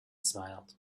smiled